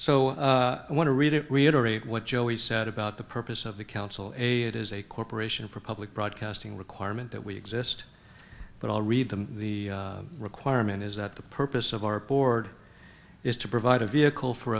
so i want to read it reiterate what joey said about the purpose of the council a it is a corporation for public broadcasting requirement that we exist but i'll read them the requirement is that the purpose of our board is to provide a vehicle for